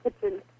kitchen